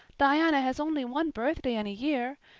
diana has only one birthday in a year.